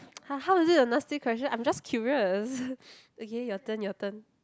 ha~ how was it a nasty question I'm just curious okay your turn your turn